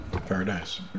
Paradise